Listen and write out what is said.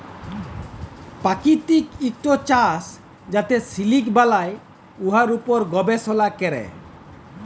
পাকিতিক ইকট চাষ যাতে সিলিক বালাই, উয়ার উপর গবেষলা ক্যরে